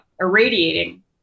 irradiating